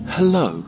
Hello